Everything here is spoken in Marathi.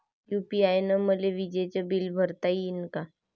यू.पी.आय न मले विजेचं बिल भरता यीन का?